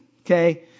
okay